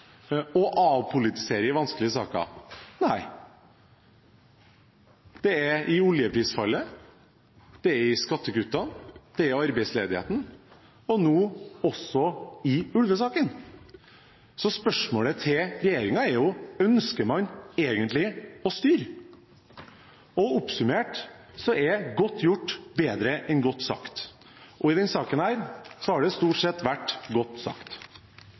og avpolitiserer i vanskelige saker. Nei, det skjedde i saken om oljeprisfallet, skattekuttene, arbeidsledigheten og nå også i ulvesaken. Så spørsmålet til regjeringen er: Ønsker man egentlig å styre? Oppsummert er godt gjort bedre enn godt sagt. Og i denne saken har det stort sett vært godt sagt.